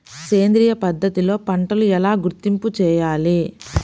సేంద్రియ పద్ధతిలో పంటలు ఎలా గుర్తింపు చేయాలి?